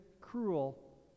cruel